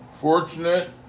fortunate